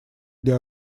для